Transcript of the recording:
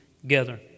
together